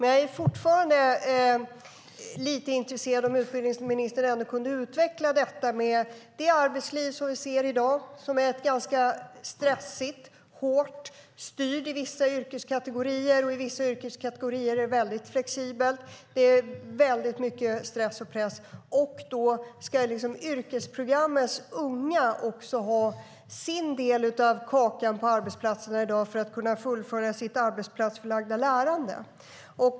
Jag är dock fortfarande intresserad av att utbildningsministern utvecklar detta: I det stressiga och pressade arbetsliv vi ser i dag, där det i vissa yrkeskategorier är hårt styrt medan det i andra är mycket flexibelt, ska också yrkesprogrammens unga ha sin del av kakan på arbetsplatserna för att kunna fullfölja sitt arbetsplatsförlagda lärande.